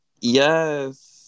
Yes